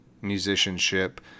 musicianship